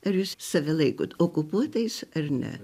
ar jūs save laikot okupuotais ar ne